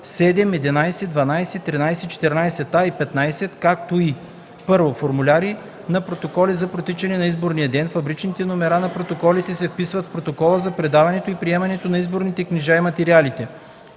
7, 11, 12, 13, 14а и 15, както и: 1. формуляри на протоколи за протичане на изборния ден; фабричните номера на протоколите се вписват в протокола за предаването и приемането на изборните книжа и материали;